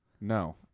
No